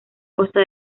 costa